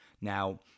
Now